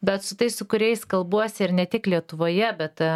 bet su tais su kuriais kalbuosi ir ne tik lietuvoje bet